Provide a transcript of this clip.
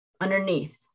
underneath